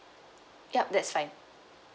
ya that's fine